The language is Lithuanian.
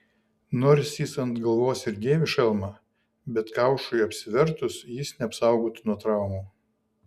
nors jis ant galvos ir dėvi šalmą bet kaušui apsivertus jis neapsaugotų nuo traumų